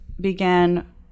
began